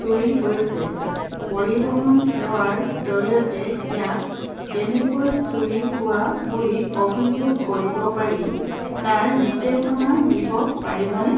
চুৰি হৈছে পৰিৱহণ সেৱাৰ জৰিয়তে ইয়াক কেনেকৈ চুৰি হোৱা বুলি অভিযোগ কৰিব পাৰি তাৰ নিৰ্দেশনা দিব পাৰিবনে